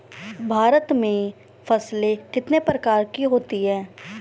भारत में फसलें कितने प्रकार की होती हैं?